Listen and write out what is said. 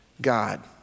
God